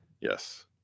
Yes